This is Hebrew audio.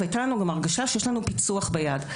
והייתה לנו גם הרגשה שיש לנו פיצוח ביד,